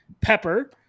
Pepper